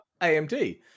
AMD